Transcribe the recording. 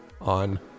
On